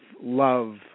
love